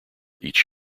each